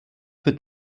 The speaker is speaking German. wird